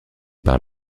par